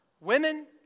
Women